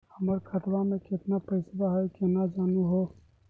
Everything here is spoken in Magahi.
हमर खतवा मे केतना पैसवा हई, केना जानहु हो?